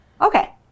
Okay